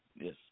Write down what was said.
Yes